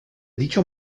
dicho